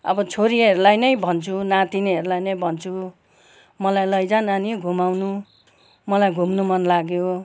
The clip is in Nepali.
अब छोरीहरूलाई नै भन्छु नातिनीहरूलाई नै भन्छु मलाई लैजा नानी घुमाउनु मलाई घुम्नु मन लाग्यो